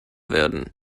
werden